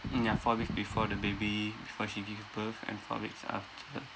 mm ya four weeks before the baby before she give birth and four weeks after